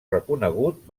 reconegut